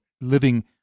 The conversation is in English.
living